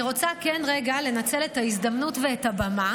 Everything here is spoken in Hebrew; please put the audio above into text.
אני רוצה רגע לנצל את ההזדמנות ואת הבמה